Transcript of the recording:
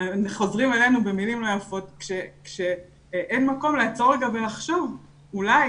חוזרים אלינו במילים לא יפות כשאין מקום לעצור רגע ולחשוב אולי,